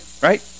right